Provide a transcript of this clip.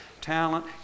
talent